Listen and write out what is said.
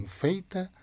feita